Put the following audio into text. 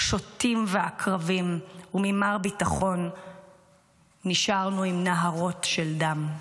שוטים ועקרבים וממר ביטחון נשארנו עם נהרות של דם.